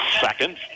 second